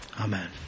Amen